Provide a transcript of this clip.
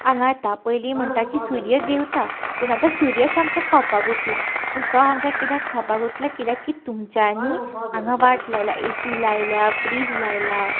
आंगार येता पयलीं म्हणटा की सुर्या देंवता पूण आतां सुर्या सामको खावपाक उठला पूण तो आमकां कित्याक खावपाक उटला कित्याक की तुमच्यांनी हांगा वाट लायला ए सी लायल्या फ्रीज लायला